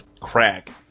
Crack